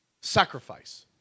sacrifice